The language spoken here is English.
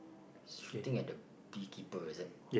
strutting at the bee keeper is it